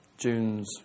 June's